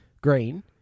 Green